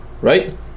right